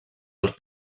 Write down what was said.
els